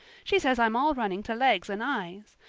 she says i'm all running to legs and eyes.